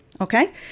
okay